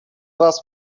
was